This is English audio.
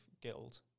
Guild